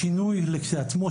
השינוי לכשעצמו,